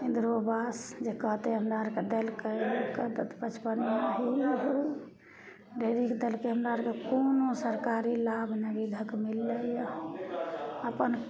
इंदिरो आवास जे कहतय हमरा अरके देलकय लोगके तऽ हमरा एना ई उ ढेरी कए देलकय हमरा अरके कोनो सरकारी लाभ नहि अभी तक मिललय हँ अपन